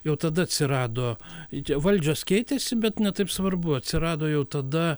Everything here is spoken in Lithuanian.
jau tada atsirado i čia valdžios keitėsi bet ne taip svarbu atsirado jau tada